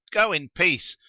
go in peace!